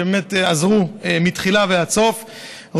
שבאמת עזרו מתחילה ועד הסוף,